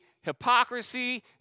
hypocrisy